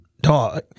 Dog